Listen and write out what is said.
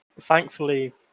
thankfully